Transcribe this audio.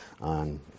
on